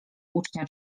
ucznia